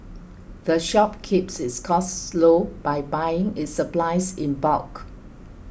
the shop keeps its costs low by buying its supplies in bulk